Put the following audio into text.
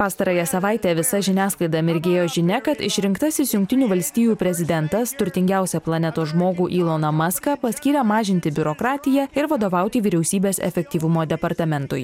pastarąją savaitę visa žiniasklaida mirgėjo žinia kad išrinktasis jungtinių valstijų prezidentas turtingiausią planetos žmogų yloną maską paskyrė mažinti biurokratiją ir vadovauti vyriausybės efektyvumo departamentui